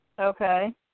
Okay